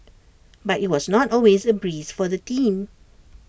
but IT was not always A breeze for the team